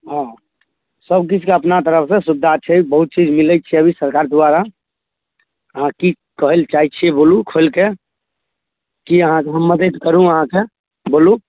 हँ सबकिछुके अपना तरफसँ सुविधा छै बहुत चीज मिलै छै अभी सरकार द्वारा अहाँ कि कहैलए चाहै छिए बोलू खोलिके कि अहाँके हम मदति करू अहाँके बोलू